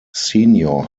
senior